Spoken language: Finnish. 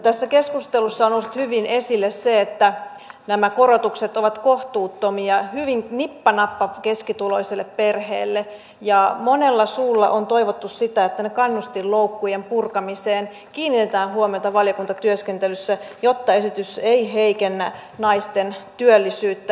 tässä keskustelussa on noussut hyvin esille se että nämä korotukset ovat kohtuuttomia nippa nappa keskituloiselle perheelle ja monella suulla on toivottu sitä että näiden kannustinloukkujen purkamiseen kiinnitetään huomiota valiokuntatyöskentelyssä jotta esitys ei heikennä naisten työllisyyttä